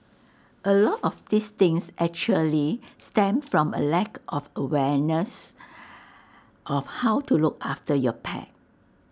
A lot of these things actually stem from A lack of awareness of how to look after your pet